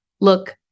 look